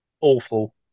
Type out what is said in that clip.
awful